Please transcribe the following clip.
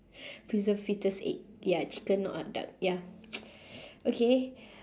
preserved foetus egg ya chicken or duck ya okay